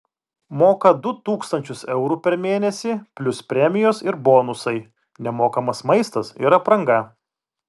moka du tūkstančius eurų per mėnesį plius premijos ir bonusai nemokamas maistas ir apranga